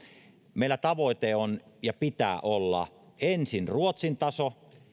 meillä tavoite on ja sen pitää olla ensin ruotsin taso